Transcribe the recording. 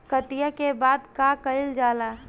कटिया के बाद का कइल जाला?